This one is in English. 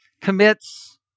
commits